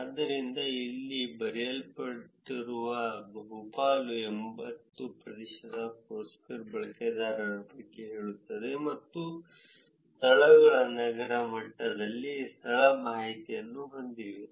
ಆದ್ದರಿಂದ ಇಲ್ಲಿ ಬರೆಯಲ್ಪಟ್ಟಿರುವುದು ಬಹುಪಾಲು 80 ಪ್ರತಿಶತ ಫೋರ್ಸ್ಕ್ವೇರ್ ಬಳಕೆದಾರರ ಬಗ್ಗೆ ಹೇಳುತ್ತದೆ ಮತ್ತು ಸ್ಥಳಗಳು ನಗರ ಮಟ್ಟದಲ್ಲಿ ಸ್ಥಳ ಮಾಹಿತಿಯನ್ನು ಹೊಂದಿವೆ